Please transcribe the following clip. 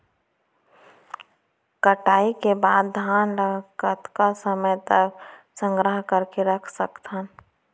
कटाई के बाद धान ला कतका समय तक संग्रह करके रख सकथन?